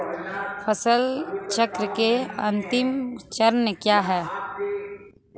फसल चक्र का अंतिम चरण क्या है?